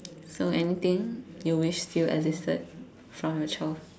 so anything you wish still existed from your child